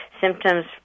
Symptoms